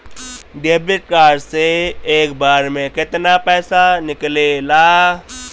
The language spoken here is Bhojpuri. डेबिट कार्ड से एक बार मे केतना पैसा निकले ला?